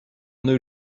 new